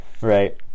right